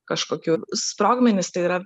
kažkokių sprogmenys tai yra